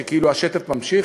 כאילו השטף נמשך,